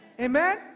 Amen